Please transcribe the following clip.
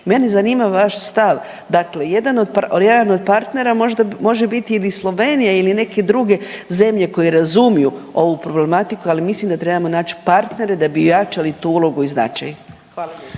Mene zanima vaš stav, dakle jedan od partnera može biti ili Slovenija ili neke druge zemlje koje razumiju ovu problematiku, ali mislim da bi trebali naći partnere da bi ojačali tu ulogu i značaj. Hvala.